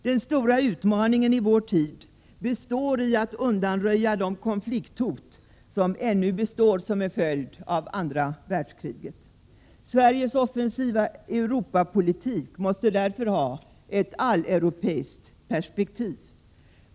Den stora utmaningen i vår tid går ut på att undanröja de konflikthot som ännu består som en följd av andra världskriget. Sveriges offensiva Europapolitik måste därför ha ett alleuropeiskt perspektiv.